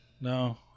No